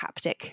haptic